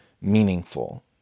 meaningful